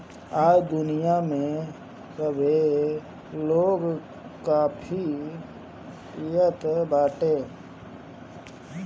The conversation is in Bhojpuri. आज दुनिया में सभे लोग काफी पियत बाटे